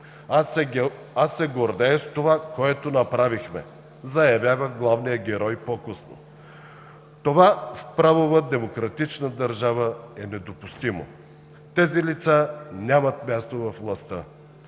„Аз се гордея с това, което направихме!“ – заявява главният герой по-късно. Това в правова демократична държава е недопустимо. Тези лица нямат място във властта.